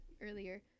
earlier